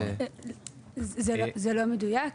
זה לא מדויק.